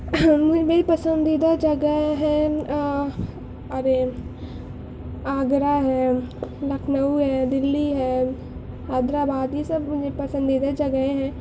میری پسندیدہ جگہ ہیں ارے آگرہ ہے لکھنؤ ہے دلی ہے حیدر آباد یہ سب ہماری پسندیدہ جگہیں ہیں